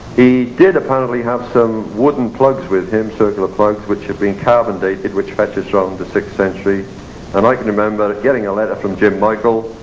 he did apparently have some wooden plugs with him, circular plugs which have been carbon dated but to sort of the sixth century and i can remember getting a letter from jim michael,